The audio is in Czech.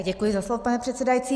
Děkuji za slovo, pane předsedající.